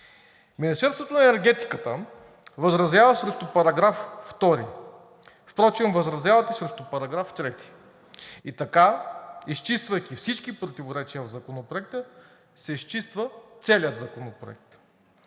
Министерството на енергетиката възразява срещу § 2, впрочем възразяват и срещу § 3. И така, изчиствайки всички противоречия в Законопроекта, се изчиства целият законопроект.